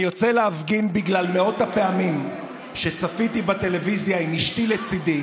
אני יוצא להפגין בגלל מאות הפעמים שצפיתי בטלוויזיה עם אשתי לצידי